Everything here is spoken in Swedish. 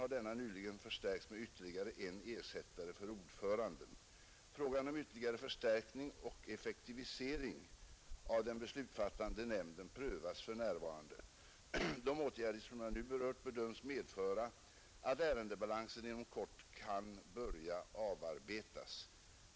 har denna nyligen förstärkts med ytterligare en ersättare för ordföranden. Frågan om ytterligare förstärkning och effektivisering av den beslutsfattande nämnden prövas för närvarande. De åtgärder som jag nu berört bedöms medföra att ärendebalansen inom kort kan börja avarbetas.